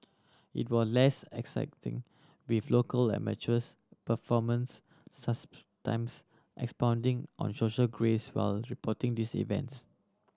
it was less exacting with local amateurs performance times expounding on social graces while reporting these events